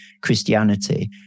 Christianity